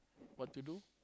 what to do